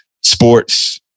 sports